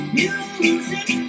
music